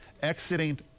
exiting